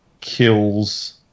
kills